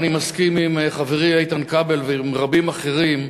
אני מסכים עם חברי איתן כבל ועם רבים אחרים,